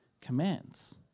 commands